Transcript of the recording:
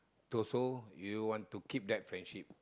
to so you want to keep that friendship